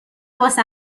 واسه